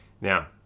now